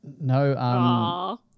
No